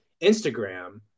Instagram